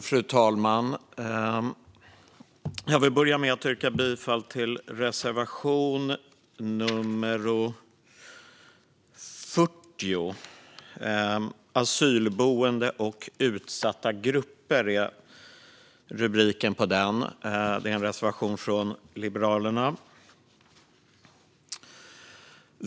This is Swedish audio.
Fru talman! Jag vill börja med att yrka bifall till reservation 40 med rubriken Asylboende och utsatta grupper. Reservationen kommer från Liberalerna.